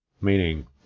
meaning